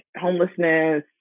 Homelessness